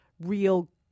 real